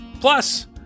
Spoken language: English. Plus